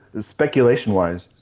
speculation-wise